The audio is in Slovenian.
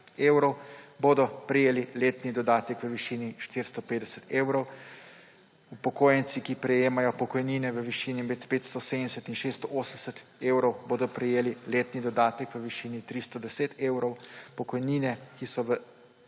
bodo prejeli letni dodatek v višini 450 evrov, upokojenci, ki prejemajo pokojnine v višini med 570 in 680 evrov, bodo prejeli letni dodatek v višini 310 evrov. Za pokojnine, ki so v